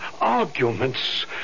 Arguments